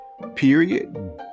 period